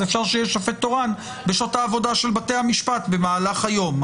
אז אפשר שיהיה שופט תורן בשעות העבודה של בתי המשפט במהלך היום.